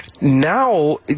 Now